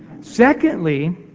Secondly